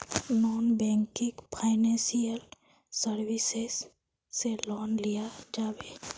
Non banking financial services से loan लिया जाबे?